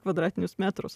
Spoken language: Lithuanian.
kvadratinius metrus